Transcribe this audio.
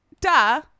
duh